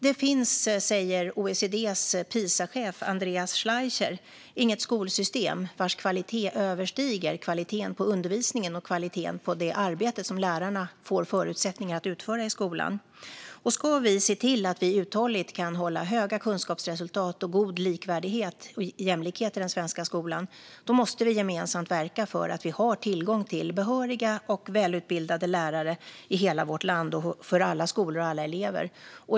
Det finns, säger OECD:s Pisa-chef Andreas Schleicher, inget skolsystem vars kvalitet överstiger kvaliteten på undervisningen och kvaliteten på det arbete som lärarna får förutsättningar att utföra i skolan. Ska vi se till att vi uthålligt kan hålla höga kunskapsresultat och god likvärdighet och jämlikhet i den svenska skolan måste vi gemensamt verka för att vi har tillgång till behöriga och välutbildade lärare i hela vårt land och för alla skolor och alla elever.